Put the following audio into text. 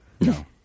No